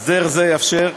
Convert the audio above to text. הסדר זה יאפשר,